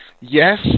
yes